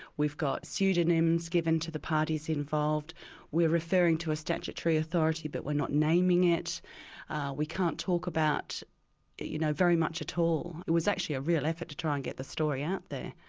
we've got pseudonyms given to the parties involved we're referring to a statutory authority but we're not naming it we can't talk about you know very much at all. it was actually a real effort to try and get the story out there.